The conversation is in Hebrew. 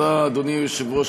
אדוני היושב-ראש,